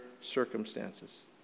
circumstances